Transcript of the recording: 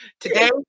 Today